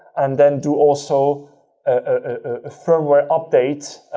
and then do also a firmware update,